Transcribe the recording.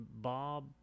Bob